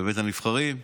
בבית הנבחרים.